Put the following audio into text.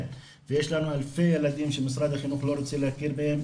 ויש לנו אלפי ילדים שמשרד החינוך לא רוצה להכיר בהם,